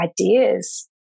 ideas